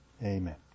Amen